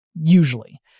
usually